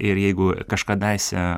ir jeigu kažkadaise